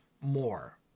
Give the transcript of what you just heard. more